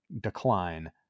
decline